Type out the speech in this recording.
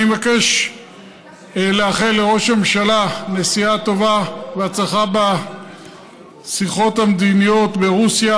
אני מבקש לאחל לראש הממשלה נסיעה טובה והצלחה בשיחות המדיניות ברוסיה.